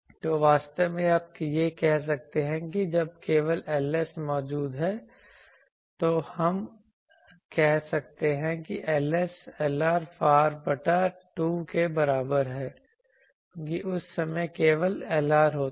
तो वास्तव में आप यह कह सकते हैं कि जब केवल Ls मौजूद होता है तो हम कह सकते हैं कि Ls Lr far बटा 2 के बराबर है क्योंकि उस समय केवल Lr होता है